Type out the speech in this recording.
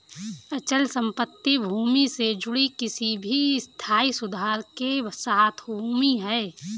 अचल संपत्ति भूमि से जुड़ी किसी भी स्थायी सुधार के साथ भूमि है